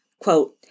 quote